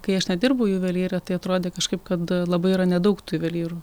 kai aš nedirbau juvelyre tai atrodė kažkaip kad labai yra nedaug tų juvelyrų